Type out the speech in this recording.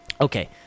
Okay